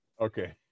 Okay